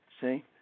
See